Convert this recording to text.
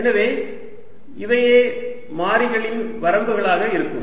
எனவே இவையே மாறிகளின் வரம்புகளாக இருக்கும்